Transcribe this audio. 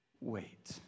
wait